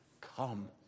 come